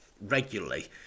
regularly